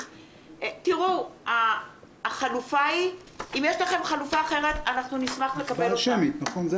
אם יש לכם חלופה אחרת אנחנו נשמח לקבל אותה.